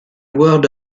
word